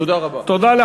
תודה רבה.